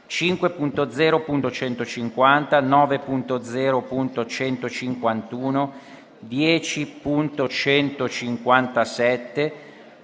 9.0.150, 9.0.151, 10.157,